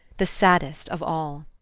the saddest of all.